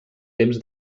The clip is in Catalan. temps